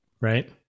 Right